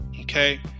okay